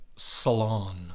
Salon